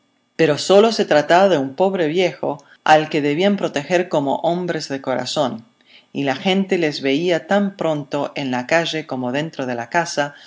pero sólo se trataba de un pobre viejo al que debían proteger como hombres de corazón y la gente les veía tan pronto en la calle como dentro de la casa